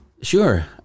Sure